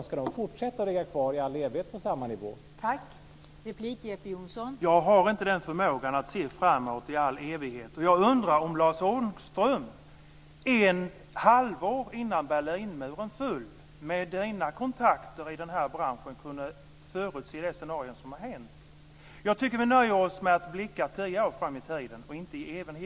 Ska de fortsätta att ligga kvar på samma nivå i all evighet?